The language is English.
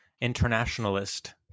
internationalist